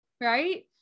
right